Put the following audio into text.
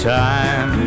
time